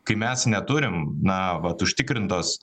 kai mes neturim na vat užtikrintos